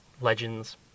legends